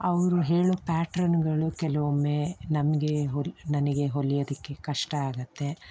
ಅವರು ಹೇಳೋ ಪ್ಯಾಟ್ರನ್ಗಳು ಕೆಲವೊಮ್ಮೆ ನಮಗೆ ಹೊ ನನಗೆ ಹೊಲಿಯೋದಕ್ಕೆ ಕಷ್ಟ ಆಗುತ್ತೆ